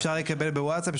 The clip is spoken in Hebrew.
אפשר לקבל בווטסאפ,